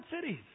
cities